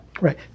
Right